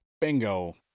Bingo